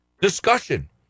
discussion